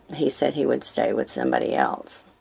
he said he would stay with somebody else.